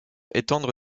étendre